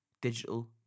digital